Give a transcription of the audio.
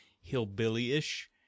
hillbilly-ish